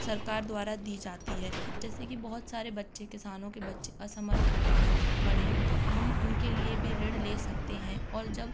सरकार द्वारा दी जाती है जैसे कि बहुत सारे बच्चे किसानों के बच्चे असमर्थ होते हैं पढ़ने में तो हम उनके लिए भी ऋण ले सकते हैं और जब